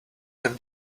have